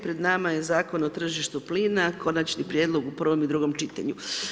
Pred nama je Zakon o tržištu plina, konačni prijedlog u prvom i drugom čitanju.